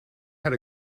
had